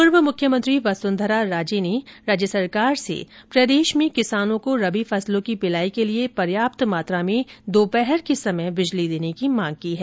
पूर्व मुख्यमंत्री वसुंधरा राजे ने राज्य सरकार से प्रदेश में किसानों को रबी फसलों की पिलाई के लिए पर्याप्त मात्रा में दोपहर के समय बिजली देने की मांग की है